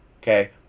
okay